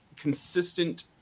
consistent